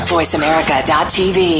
VoiceAmerica.tv